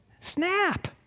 Snap